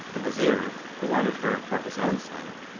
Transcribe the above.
the vizir, who wanted her for his own son,